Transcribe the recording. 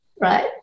right